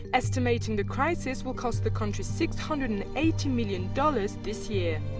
estimating the crisis will cost the country six hundred and eighty million dollars this year.